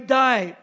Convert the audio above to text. die